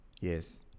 Yes